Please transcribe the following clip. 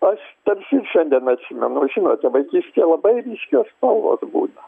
aš tarsi ir šiandien atsimenu žinote vaikystėje labai ryškios spalvos būna